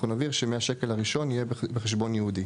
אנחנו נבהיר שמהשקל הראשון יהיה בחשבון ייעודי.